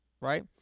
Right